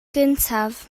gyntaf